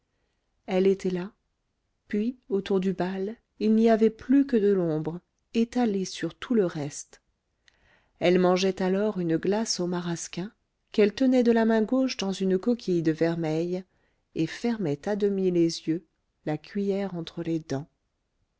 elle était là puis autour du bal il n'y avait plus que de l'ombre étalée sur tout le reste elle mangeait alors une glace au marasquin qu'elle tenait de la main gauche dans une coquille de vermeil et fermait à demi les yeux la cuiller entre les dents